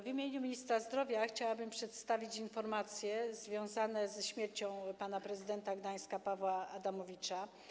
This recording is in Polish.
W imieniu ministra zdrowia chciałabym przedstawić informacje związane ze śmiercią pana prezydenta Gdańska Pawła Adamowicza.